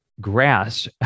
grass